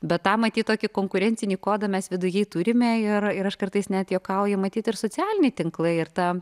bet tą matyt tokį konkurencinį kodą mes viduje turime ir ir aš kartais net juokauju matyt ir socialiniai tinklai ir ta